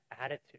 attitude